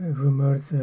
rumors